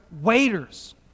waiters